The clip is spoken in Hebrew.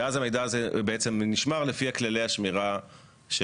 ואז המידע הזה נשמר לפי כללי השמירה של